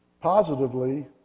positively